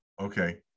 Okay